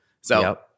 So-